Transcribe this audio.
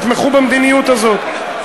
תתמכו במדיניות הזאת,